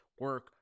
Work